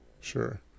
sure